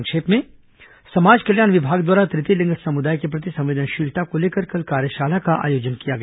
संक्षिप्त समाचार समाज कल्याण विभाग द्वारा तृतीय लिंग समुदाय के प्रति संवेदनशीलता को लेकर कल कार्यशाला का आयोजन किया गया